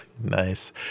nice